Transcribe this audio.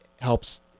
helps